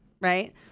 right